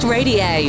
Radio